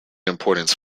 importance